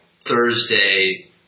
Thursday